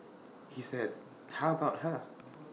he said how about her